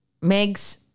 Megs